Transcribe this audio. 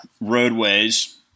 roadways